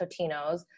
totinos